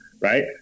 right